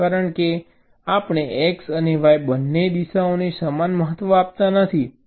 કારણ કે આપણે x અને y બંને દિશાઓને સમાન મહત્વ આપતા નથી